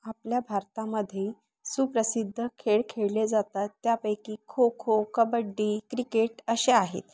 आपल्या भारतामध्ये सुप्रसिद्ध खेळ खेळले जातात त्यापैकी खो खो कबड्डी क्रिकेट असे आहेत